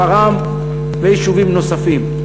שפרעם ויישובים נוספים.